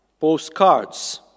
Postcards